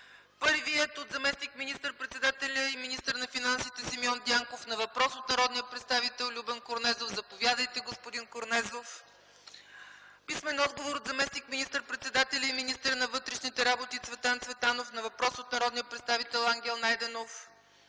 Първият е от заместник министър-председателя и министър на финансите Симеон Дянков на въпрос от народния представител Любен Корнезов. Писмен отговор от заместник министър-председателя и министър на вътрешните работи Цветан Цветанов на въпрос от народния представител Ангел Найденов.